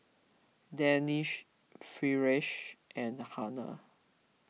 Danish Firash and Hana